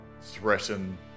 threaten